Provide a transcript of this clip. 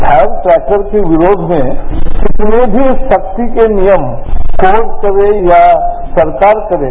fire cracker के विरोध में कितने भी सख्ती के नियम कोर्ट करे या सरकार करे